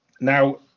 Now